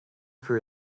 for